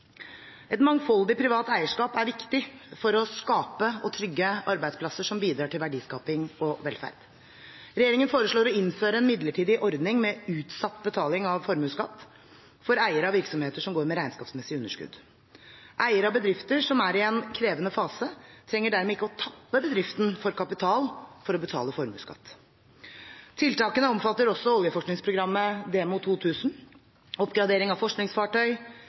Et mangfoldig privat eierskap er viktig for å skape og trygge arbeidsplasser som bidrar til verdiskaping og velferd. Regjeringen foreslår å innføre en midlertidig ordning med utsatt betaling av formuesskatt for eiere av virksomheter som går med regnskapsmessig underskudd. Eiere av bedrifter som er i en krevende fase, trenger dermed ikke å tappe bedriften for kapital for å betale formuesskatten. Tiltakene omfatter også oljeforskningsprogrammet DEMO 2000, oppgradering av forskningsfartøy,